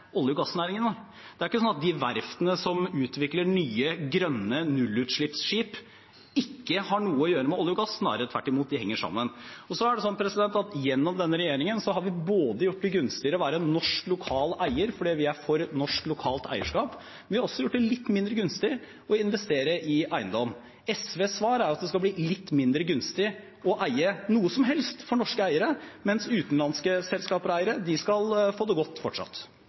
olje- og gassnæringen. Det er ikke sånn at de verftene som utvikler nye, grønne nullutslippsskip, ikke har noe å gjøre med olje og gass – snarere tvert imot, de henger sammen. Gjennom denne regjeringen har vi både gjort det gunstigere å være norsk lokal eier fordi vi er for norsk lokalt eierskap, og vi har gjort det litt mindre gunstig å investere i eiendom. SVs svar er at det skal bli litt mindre gunstig å eie noe som helst for norske eiere, mens utenlandske selskaper og eiere skal få det godt fortsatt.